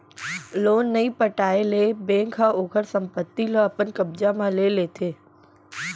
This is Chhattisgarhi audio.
लोन नइ पटाए ले बेंक ह ओखर संपत्ति ल अपन कब्जा म ले लेथे